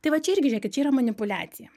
tai va čia irgi žiūrėkit čia yra manipuliacija